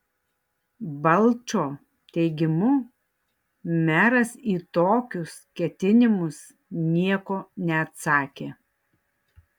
balčo teigimu meras į tokius ketinimus nieko neatsakė